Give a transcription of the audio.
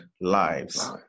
lives